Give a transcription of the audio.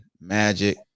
Magic